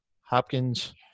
Hopkins